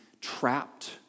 trapped